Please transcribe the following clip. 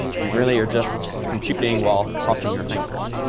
you really are just computing while crossing your fingers.